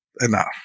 enough